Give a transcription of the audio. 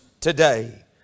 today